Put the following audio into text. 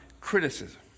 criticism